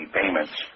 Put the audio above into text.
payments